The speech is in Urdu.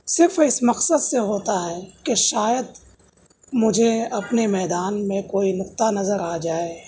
صرف اس مقصد سے ہوتا ہے کہ شاید مجھے اپنے میدان میں کوئی نقطہ نظر آ جائے